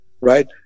right